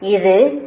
இது p